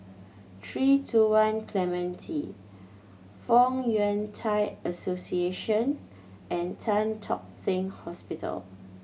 Three Two One Clementi Fong Yun Thai Association and Tan Tock Seng Hospital